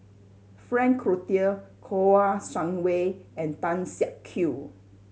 Frank Cloutier Kouo Shang Wei and Tan Siak Kew